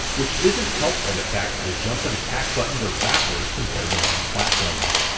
which isn't helped by the fact that the jump and attack buttons are backwards compared to most platformers.